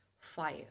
fire